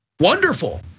Wonderful